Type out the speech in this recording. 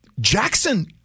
Jackson